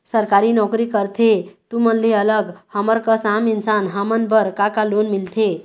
सरकारी नोकरी करथे तुमन ले अलग हमर कस आम इंसान हमन बर का का लोन मिलथे?